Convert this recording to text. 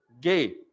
gay